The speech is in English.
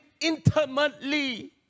intimately